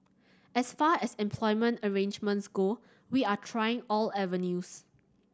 as far as employment arrangements go we are trying all avenues